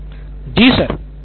Siddharth Maturi ji sir